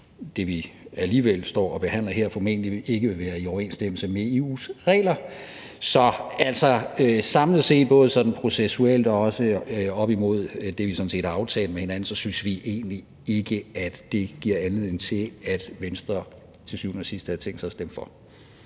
det, vi står og behandler her, formentlig alligevel ikke vil være i overensstemmelse med EU's regler. Så samlet set, både processuelt og holdt op imod det, vi sådan set har aftalt med hinanden, synes vi i Venstre egentlig ikke, at det giver anledning til, at vi til syvende og sidst vil stemme for.